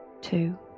two